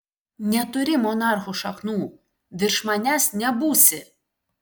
neturi monarchų šaknų virš manęs nebūsi